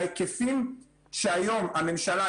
ההיקפים שהיום הממשלה,